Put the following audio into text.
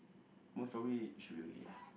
most probably should be okay ya